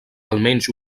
almenys